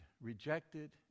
rejected